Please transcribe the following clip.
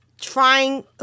trying